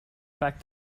fact